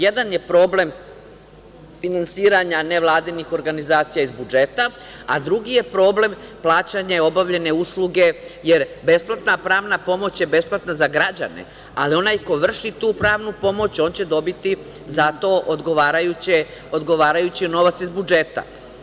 Jedan je problem finansiranja nevladinih organizacija iz budžeta, a drugi je problem plaćanje obavljene usluge, jer besplatna pravna pomoć je besplatna za građane, ali onaj ko vrši tu pravnu pomoć, on će dobiti za to odgovarajući novac iz budžeta.